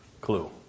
clue